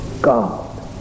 god